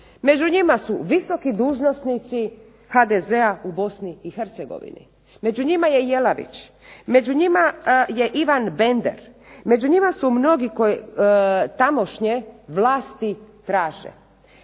Među njima su visoki dužnosnici HDZ-a u BiH, među njima je Jelavić, među njima je Ivan Bender, među njima su mnogi koji tamošnje vlasti traže.